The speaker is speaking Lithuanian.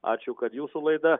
ačiū kad jūsų laida